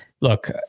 look